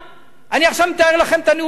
אני עכשיו מתאר לכם את הנאום של אולמרט.